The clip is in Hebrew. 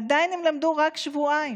עדיין הם למדו רק שבועיים,